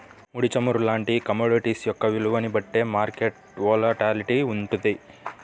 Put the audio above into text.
ముడి చమురు లాంటి కమోడిటీస్ యొక్క విలువని బట్టే మార్కెట్ వోలటాలిటీ వుంటది